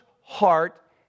heart